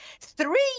three